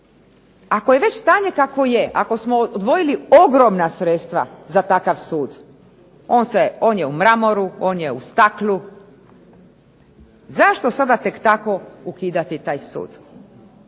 ako je već stanje kakvo je, ako smo odvojili ogromna sredstva za takav sud. On je u mramoru, on je u staklu, zašto sada tek tako ukidati taj sud.